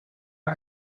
are